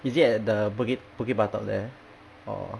is it at the bukit bukit batok there or